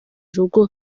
rugo